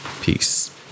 Peace